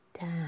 down